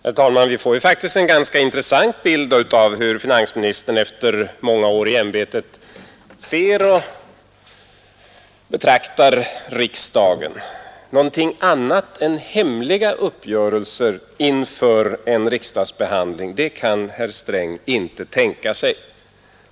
Herr talman! Vi får faktiskt en ganska intressant bild av hur finansministern efter många år i ämbetet ser på riksdagen. Någonting annat än hemliga uppgörelser inför en riksdagsbehandling, det kan herr Sträng inte tänka sig.